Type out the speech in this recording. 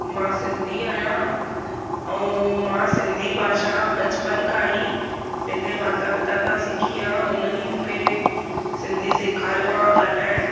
मां सिंधी आहियां ऐं मां सिंधी भाषा बचपन खां ई पंहिंजे माता पिता खां सिखी आहे उन्हनि ई मूंखे सिंधी सेखारियो आहे ॻाल्हाइणु